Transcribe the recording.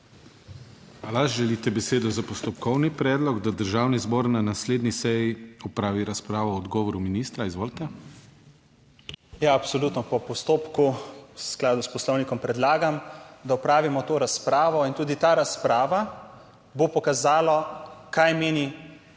Želite besedo za postopkovni predlog, da Državni zbor na naslednji seji opravi razpravo o odgovoru ministra? Izvolite. ANDREJ HOIVIK (PS SDS): Absolutno po postopku v skladu s poslovnikom predlagam, da opravimo to razpravo. Tudi ta razprava bo pokazala, kaj menijo